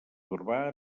urbà